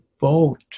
boat